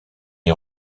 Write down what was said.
est